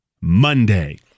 Monday